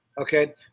Okay